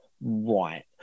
Right